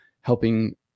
helping